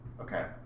Okay